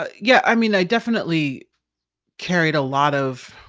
but yeah. i mean, i definitely carried a lot of